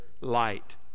light